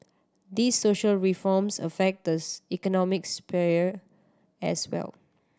these social reforms affect economics sphere as well